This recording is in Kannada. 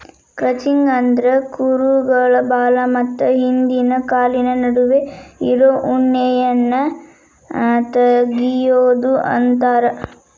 ಕ್ರಚಿಂಗ್ ಅಂದ್ರ ಕುರುಗಳ ಬಾಲ ಮತ್ತ ಹಿಂದಿನ ಕಾಲಿನ ನಡುವೆ ಇರೋ ಉಣ್ಣೆಯನ್ನ ತಗಿಯೋದು ಅಂತಾರ